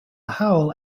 howl